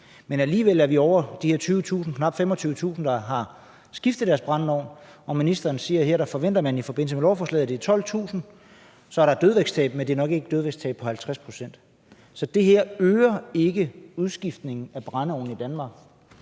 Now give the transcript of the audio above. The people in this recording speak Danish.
Men alligevel er vi over de her 20.000, knap 25.000, der har skiftet deres brændeovn ud. Og ministeren siger her, at man i forbindelse med lovforslaget forventer, at det er 12.000. Så er der et dødvægtstab, men det er nok ikke et dødvægtstab på 50 pct. Så det her øger ikke udskiftningen af brændeovne i Danmark